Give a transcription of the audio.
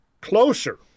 closer